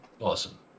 Awesome